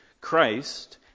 Christ